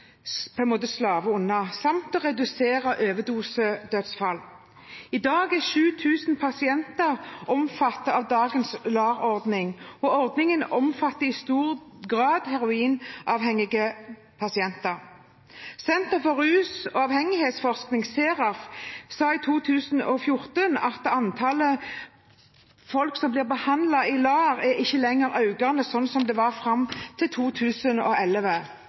redusere overdosedødsfall. I dag er 7 000 pasienter omfattet av LAR-ordningen, og ordningen omfatter i stor grad heroinavhengige pasienter. Senter for rus- og avhengighetsforskning, SERAF, sa i 2014 at antall mennesker som blir behandlet i LAR, ikke lenger er økende, slik det var fram til 2011.